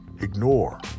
ignore